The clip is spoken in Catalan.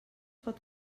pot